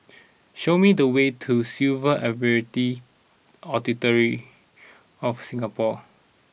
show me the way to Civil Aviation Authority of Singapore